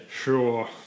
sure